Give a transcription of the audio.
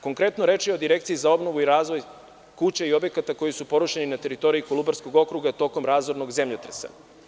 Konkretno reč je o Direkciji o obnovu i razvoju kuće i objekata koji su porušeni na teritoriji Kolubarskog okruga tokom razornog zemljotresa.